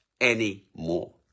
anymore